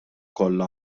kollha